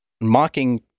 mocking